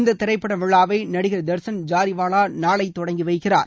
இந்த திரைப்பட விழாவை நடிகர் தர்ஷன் ஜாரிவாவா நாளை தொடங்கி வைக்கிறார்